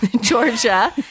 Georgia